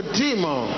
demon